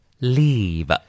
Leave